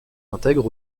intègre